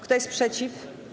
Kto jest przeciw?